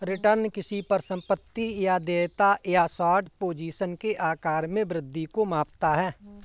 return किसी परिसंपत्ति या देयता या शॉर्ट पोजीशन के आकार में वृद्धि को मापता है